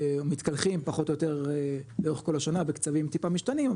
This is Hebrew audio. מתקלחים פחות או יותר לאורך כל השנה בקצבים טיפה משתנים,